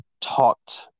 talked